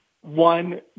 one